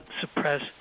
suppress